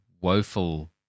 woeful